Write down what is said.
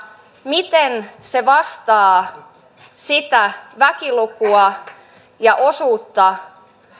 miten se vastaa sitä väkilukua ja osuutta